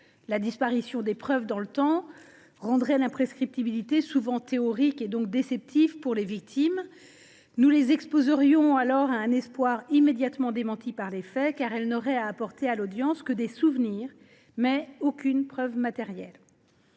La disparition des preuves dans le temps rendrait l’imprescriptibilité souvent théorique, donc déceptive, pour les victimes : nous les exposerions alors à un espoir immédiatement démenti par les faits, car elles n’auraient à apporter à l’audience que des souvenirs, sans aucune preuve matérielle.